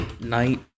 Night